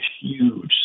huge